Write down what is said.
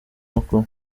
makuru